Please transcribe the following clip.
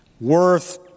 worth